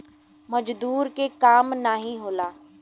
मजदूर के काम नाही होला